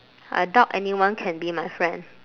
I doubt anyone can be my friend